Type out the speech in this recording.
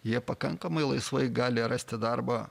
jie pakankamai laisvai gali rasti darbą